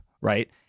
right